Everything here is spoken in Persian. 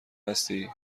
هستی